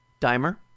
Dimer